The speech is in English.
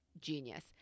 genius